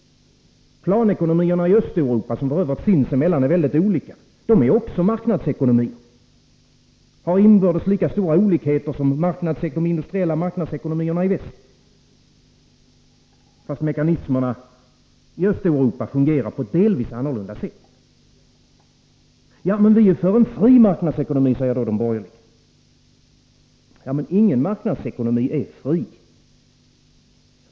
Planekonomierna i Östeuropa, som sins emellan är mycket olika, är också marknadsekonomier och har inbördes lika stora olikheter som de industriella marknadsekonomierna i väst, fast mekanismerna i Östeuropa fungerar på ett delvis annorlunda sätt. Ja, men vi är för en fri marknadsekonomi, säger då de borgerliga. Men ingen marknadsekonomi är fri.